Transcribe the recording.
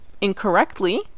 incorrectly